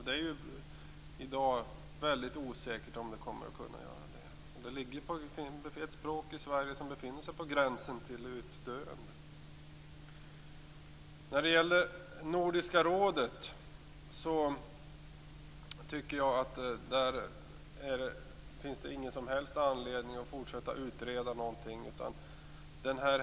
Det är ju i dag väldigt osäkert om samiskan kommer att kunna överleva. Det är ett språk som i dag befinner sig på gränsen till att dö ut i Sverige. När det gäller Nordiska rådet finns det ingen som helst anledning att fortsätta att utreda saken.